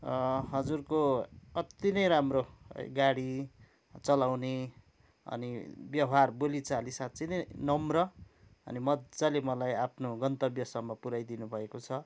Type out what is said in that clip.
हजुरको अत्ति नै राम्रो गाडी चलाउने अनि व्यवहार बोली चाली साँच्ची नै नम्र अनि मज्जाले मलाई आफ्नो गन्तव्यसम्म पुऱ्याइदिनु भएको छ